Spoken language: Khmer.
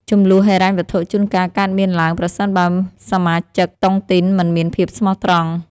ជម្លោះហិរញ្ញវត្ថុជួនកាលកើតមានឡើង ប្រសិនបើសមាជិកតុងទីនមិនមានភាពស្មោះត្រង់។